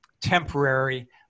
temporary